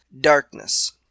darkness